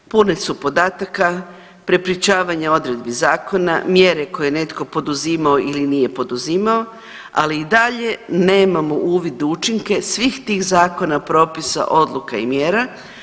Puni su podataka, prepričavanje odredbi zakona, mjere koje je netko poduzimao ili nije poduzimao, ali i dalje nemamo uvid u učinke svih tih zakona, propisa, odluka i mjera.